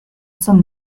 zum